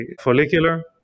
follicular